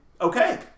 okay